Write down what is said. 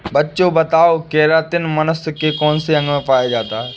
बच्चों बताओ केरातिन मनुष्य के कौन से अंग में पाया जाता है?